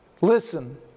Listen